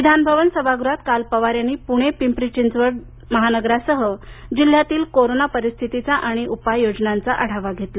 विधानभवन सभागृहात काल पवार यांनी पुणे पिंपरी चिंचवड महानगरासह जिल्हयातील कोरोना परिस्थितीचा आणि उपाययोजनांचा आढावा घेतला